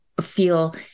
feel